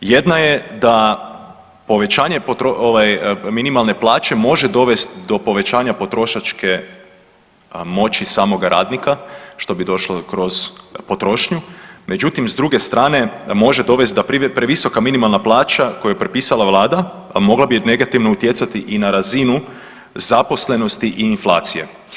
Jedna je da povećanje ove minimalne plaće može dovesti do povećanja potrošačke moći samog radnika što bi došlo kroz potrošnju, međutim s druge strane može dovesti da previsoka minimalna plaća koju je propisala vlada, mogla bi negativno utjecati i na razinu zaposlenosti i inflacije.